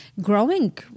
growing